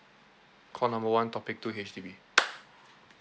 call number one topic two H_D_B